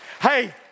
Hey